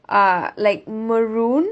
uh like maroon